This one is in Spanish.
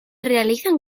realizan